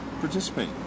participate